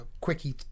quickie